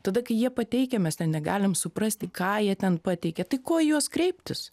tada kai jie pateikia mes ten negalim suprasti ką jie ten pateikė tai ko į juos kreiptis